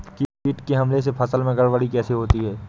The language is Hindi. कीट के हमले से फसल में गड़बड़ी कैसे होती है?